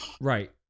Right